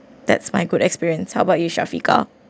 that's my good experience how about you shafika